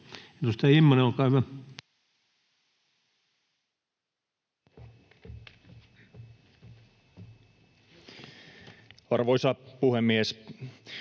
Edustaja Immonen, olkaa hyvä. [Speech